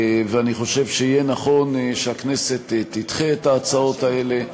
ואני חושב שיהיה נכון שהכנסת תדחה את ההצעות האלה.